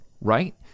right